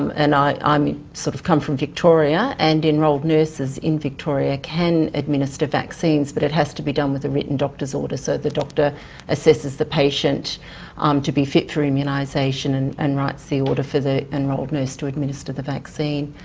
and i i mean sort of come from victoria, and enrolled nurses in victoria can administer vaccines, but it has to be done with a written doctor's order. so, the doctor assesses the patient um to be fit for immunisation and and writes the order for the enrolled nurse to administer the vaccine.